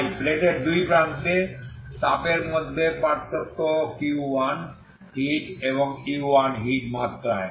তাই প্লেটের দুই প্রান্তে তাপের মধ্যে পার্থক্য Q1 হিট এবং u1 হিট মাত্রায়